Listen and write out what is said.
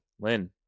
Lynn